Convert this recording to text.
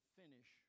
finish